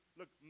look